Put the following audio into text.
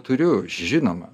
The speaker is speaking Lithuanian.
turiu žinoma